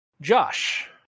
Josh